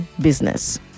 business